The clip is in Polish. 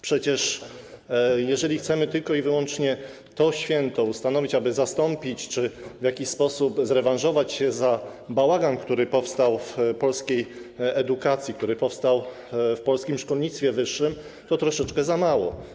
Przecież jeżeli chcemy wyłącznie to święto ustanowić, aby zastąpić czy w jakiś sposób zrewanżować się za bałagan, który powstał w polskiej edukacji, który powstał w polskim szkolnictwie wyższym, to troszeczkę za mało.